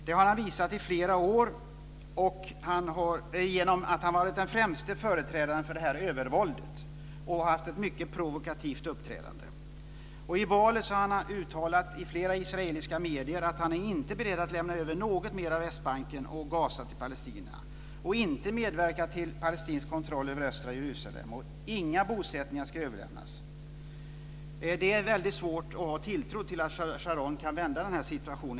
Det har han visat i flera år genom att han varit den främste företrädaren för detta övervåld och haft ett mycket provokativt uppträdande. Och i valet har han i flera israeliska medier uttalat att han inte är beredd att lämna över något mer av Västbanken och Gaza till palestinierna och inte medverka till palestinsk kontroll över östra Jerusalem. Och inga bosättningar ska överlämnas. Det är väldigt svårt att ha tilltro till att Sharon kan vända på denna situation.